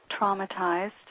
traumatized